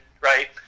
right